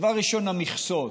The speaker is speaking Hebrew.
דבר ראשון, המכסות.